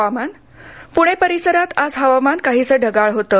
हवामान पुणे परिसरात आज हवामान काहीसं ढगाळ होतं